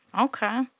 okay